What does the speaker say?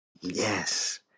Yes